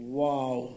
wow